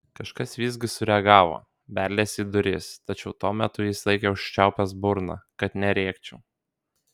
kažkas visgi sureagavo beldėsi į duris tačiau tuo metu jis laikė užčiaupęs burną kad nerėkčiau